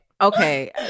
Okay